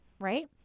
Right